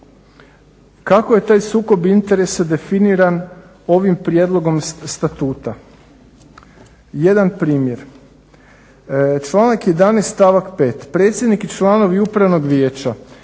Kako je taj sukob interesa definiran ovim prijedlogom statuta?